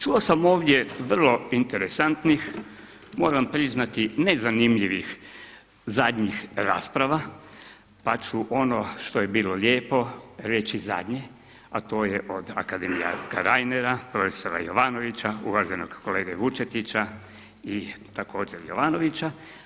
Čuo sam ovdje vrlo interesantnih, moram priznati nezanimljivih zadnjih rasprava, pa ću ono što je bilo lijepo reći zadnje, a to je od akademika Reinera, profesora Jovanovića, uvaženog kolege Vučetića i također Jovanovića.